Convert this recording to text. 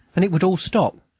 and it would all stop,